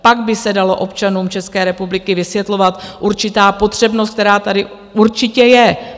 Pak by se dala občanům České republiky vysvětlovat určitá potřebnost, která tady určitě je.